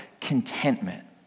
contentment